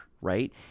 right